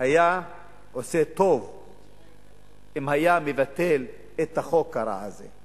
היה עושה טוב אם היה מבטל את החוק הרע הזה.